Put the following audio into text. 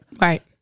Right